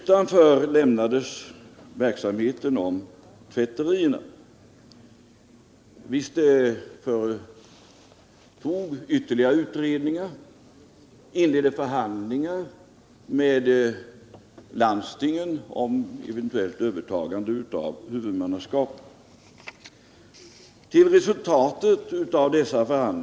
Tvätteriverksamheten lämnades utanför. Vi företog ytterligare utredningar och inledde förhandlingar med landstingen om ett eventuellt övertagande av huvudmannaskapet.